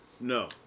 no